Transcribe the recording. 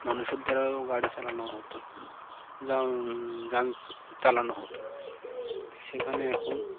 মানুষের দ্বারাও গাড়ি চালানো হতো যা যান চালানো হতো সেখানে এখন